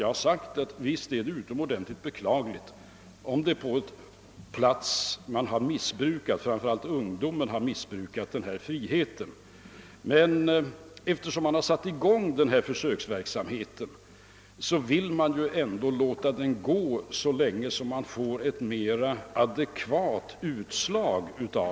Jag har sagt att det vore utomordentligt beklagligt om ungdomen på någon plats missbrukade den givna friheten. Eftersom försöksverksamheten nu satts i gång, måste vi låta den fortsätta till dess att vi får ett mera adekvat utslag.